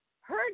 heard